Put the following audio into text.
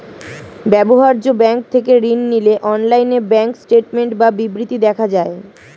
ব্যবহার্য ব্যাঙ্ক থেকে ঋণ নিলে অনলাইনে ব্যাঙ্ক স্টেটমেন্ট বা বিবৃতি দেখা যায়